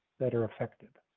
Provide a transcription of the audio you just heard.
that are affected